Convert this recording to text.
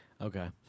Okay